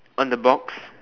on the box